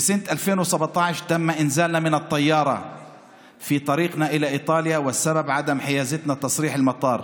בשנת 2017 הורדנו מהמטוס בדרכנו לאיטליה בגלל שאין לנו היתר נסיעה.